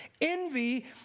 Envy